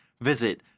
visit